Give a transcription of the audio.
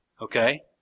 Okay